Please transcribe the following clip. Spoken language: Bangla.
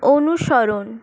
অনুসরণ